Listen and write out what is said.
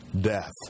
death